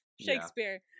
Shakespeare